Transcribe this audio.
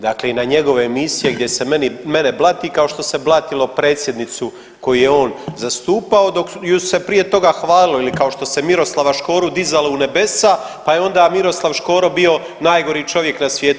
Dakle i na njegove emisije gdje se mene blati kao što se blatilo predsjednicu koju je on zastupao dok ju se prije toga hvalilo ili kao što se Miroslava Škoru dizalo u nebesa pa je onda Miroslav Škoro bio najgori čovjek na svijetu.